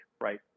right